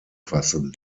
fassen